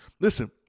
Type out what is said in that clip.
listen